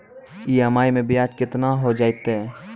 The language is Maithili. ई.एम.आई मैं ब्याज केतना हो जयतै?